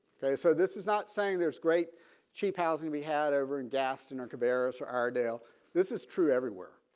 ok so this is not saying there's great cheap housing we had over in gaston or cabarrus or iredell. this is true everywhere